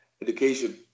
education